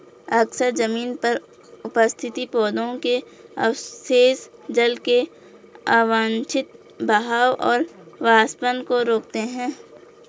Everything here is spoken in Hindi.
अक्सर जमीन पर उपस्थित पौधों के अवशेष जल के अवांछित बहाव और वाष्पन को रोकते हैं